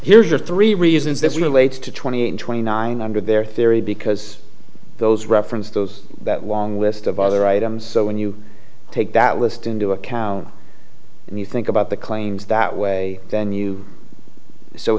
here's are three reasons this relates to twenty and twenty nine under their theory because those referenced those that long list of other items so when you take that list into a cow and you think about the claims that way then you so